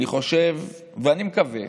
אני מקווה